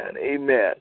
amen